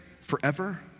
forever